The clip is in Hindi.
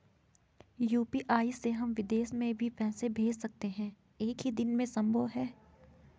यु.पी.आई से हम विदेश में भी पैसे भेज सकते हैं एक ही दिन में संभव है?